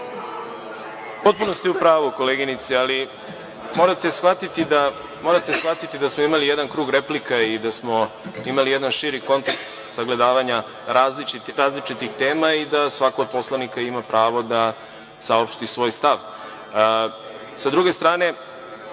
Potpuno ste u pravu, koleginice, ali morate shvatiti da smo imali jedan krug replika i da smo imali jedan širi kontekst sagledavanja različitih tema i da svako od poslanika ima pravo da saopšti svoj stav. Sa